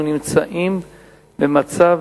אנחנו נמצאים במצב